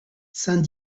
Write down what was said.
saint